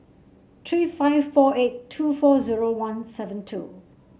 three five four eight two four zero one seven two